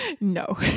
no